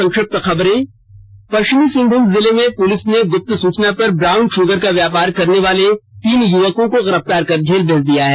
संक्षिप्त खबरें पश्चिम सिंहभूम जिले में पुलिस ने गुप्त सूचना पर ब्राउन शूगर का व्यापार करने वाले तीन युवकों को गिरफ्तार कर जेल भेज दिया है